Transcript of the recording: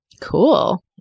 Cool